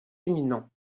éminents